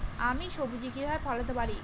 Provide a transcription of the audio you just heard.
আমি সবজি কিভাবে ফলাতে পারি?